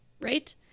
right